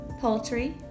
poultry